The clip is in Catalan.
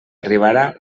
arribara